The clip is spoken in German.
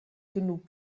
genug